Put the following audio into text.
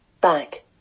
Back